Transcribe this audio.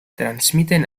transmiten